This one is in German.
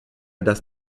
das